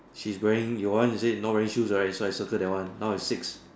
she's wearing your one you say is not wearing shoes right so I circle that one now is six